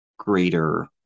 greater